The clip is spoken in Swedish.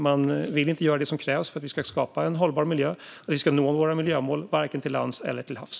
Man vill inte göra det som krävs för att vi ska skapa en hållbar miljö och nå våra miljömål till lands och till havs.